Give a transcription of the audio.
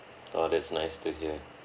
oh that's nice to hear